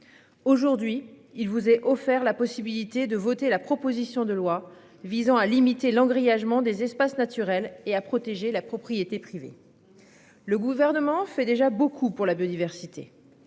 Aujourd'hui, il vous est offert la possibilité de voter la proposition de loi visant à limiter l'an grièvement des espaces naturels et à protéger la propriété privée. Le gouvernement fait déjà beaucoup pour la biodiversité.